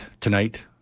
tonight